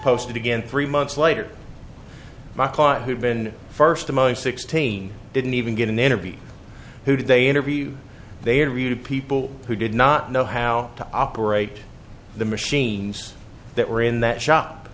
posted again three months later my caught who had been first among sixteen didn't even get an interview who did they interview they interviewed people who did not know how to operate the machines that were in that shop